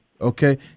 okay